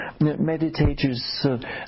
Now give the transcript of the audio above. meditators